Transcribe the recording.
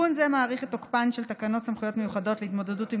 תיקון זה מאריך את תוקפן של תקנות סמכויות מיוחדות להתמודדות עם